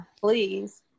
please